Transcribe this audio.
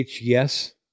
yes